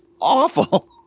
awful